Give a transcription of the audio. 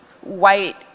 white